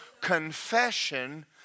confession